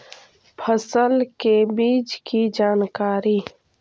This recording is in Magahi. फसल के बीज की जानकारी?